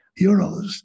euros